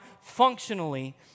functionally